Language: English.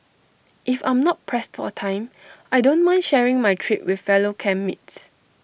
if I'm not pressed for time I don't mind sharing my trip with fellow camp mates